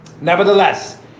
nevertheless